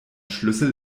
schlüssel